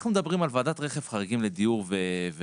אנחנו מדברים על ועדת רכב, חריגים לדיור ורכב,